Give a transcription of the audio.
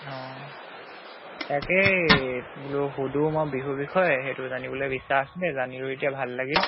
অঁ তাকেই বোলো সোধো মই বিহুৰ বিষয় সেইটো জানিবলৈ ইচ্ছা আছিলে জানিলো এতিয়া ভাল লাগিল